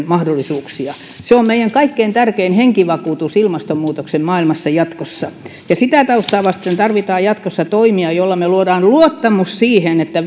mahdollisuuksia se on meidän kaikkein tärkein henkivakuutus ilmastonmuutoksen maailmassa jatkossa sitä taustaa vasten tarvitaan jatkossa toimia joilla me luomme luottamuksen siihen että